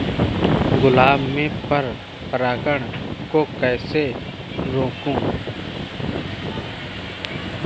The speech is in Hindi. गुलाब में पर परागन को कैसे रोकुं?